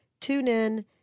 TuneIn